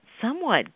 somewhat